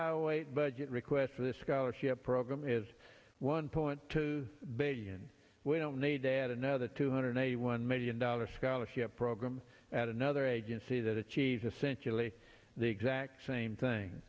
weight budget request for the scholarship program is one point two billion we don't need to add another two hundred eighty one million dollars scholarship program at another agency that achieves essentially the exact same thing